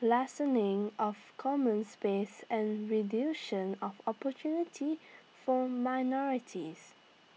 lessening of common space and of opportunity for minorities